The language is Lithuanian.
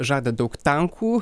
žada daug tankų